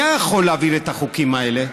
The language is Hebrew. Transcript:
מי היה יכול להעביר את החוקים האלה?